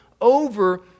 over